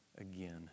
again